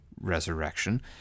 resurrection